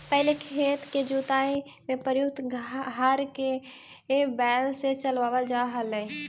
पहिले खेत के जुताई में प्रयुक्त हर के बैल से चलावल जा हलइ